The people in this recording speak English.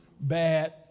Bad